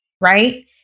right